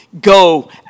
go